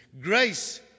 grace